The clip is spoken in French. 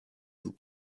vous